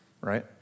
right